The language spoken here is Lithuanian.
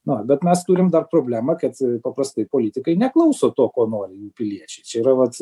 na bet mes turim tą problemą kad paprastai politikai neklauso to ko nori jų piliečiai čia yra vat